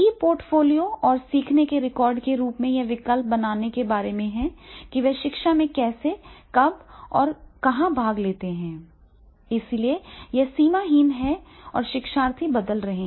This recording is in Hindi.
ई पोर्टफोलियो और सीखने के रिकॉर्ड के रूप में यह विकल्प बनाने के बारे में है कि वे शिक्षा में कैसे कब और कहां भाग लेते हैं इसलिए यह सीमाहीन है और शिक्षार्थी बदल रहे हैं